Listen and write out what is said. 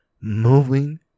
moving